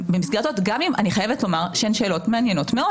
אני חייבת לומר שאלה שאלות מעניינות מאוד